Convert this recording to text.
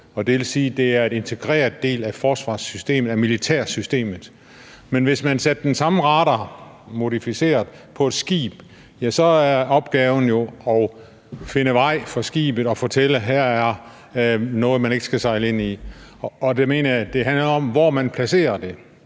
det vil sige, at det er en integreret del af forsvarssystemet, af militærsystemet. Men hvis man satte den samme radar, modificeret, på et skib, ja, så er opgaven jo at finde vej for skibet og fortælle, at her er der noget, man ikke skal sejle ind i. Der mener jeg, at det handler om, hvor man placerer det,